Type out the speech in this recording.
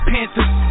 Panthers